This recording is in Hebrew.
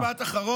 עוד משפט אחרון.